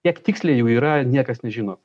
kiek tiksliai jųyra niekas nežino